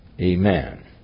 Amen